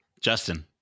Justin